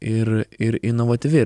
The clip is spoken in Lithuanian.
ir ir inovatyvi